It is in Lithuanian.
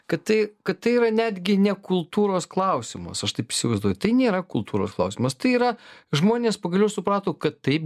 kad tai kad tai yra netgi ne kultūros klausimas aš taip įsivaizduoju tai nėra kultūros klausimas tai yra žmonės pagaliau suprato kad taip